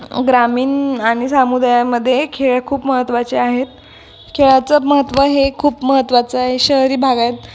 ग्रामीण आणि समुदायामध्ये खेळ खूप महत्त्वाचे आहेत खेळाचं महत्त्व हे खूप महत्त्वाचं आहे शहरी भागात